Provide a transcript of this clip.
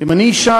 אם אני אשאל,